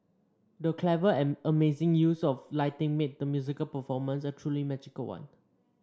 the clever and amazing use of lighting made the musical performance a truly magical one